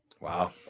Wow